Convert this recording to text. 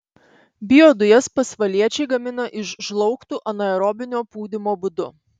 biodujas pasvaliečiai gamina iš žlaugtų anaerobinio pūdymo būdu